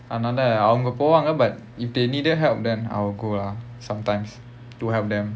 அது நாலா அவங்க போவாங்க:athu naala avanga povaanga but if they needed help then I will go lah sometimes to help them